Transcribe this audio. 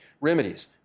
Remedies